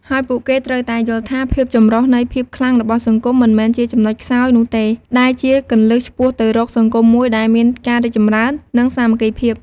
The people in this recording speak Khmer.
ហើយពួកគេត្រូវតែយល់ថា ភាពចម្រុះជាភាពខ្លាំងរបស់សង្គម មិនមែនជាចំណុចខ្សោយនោះទេ ដែលជាគន្លឹះឆ្ពោះទៅរកសង្គមមួយដែលមានការរីកចម្រើន និងសាមគ្គីភាព។